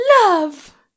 love